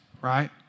right